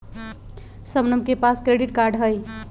शबनम के पास credit card हई